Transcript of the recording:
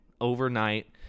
overnight